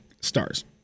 stars